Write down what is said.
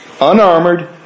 Unarmored